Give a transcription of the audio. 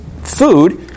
food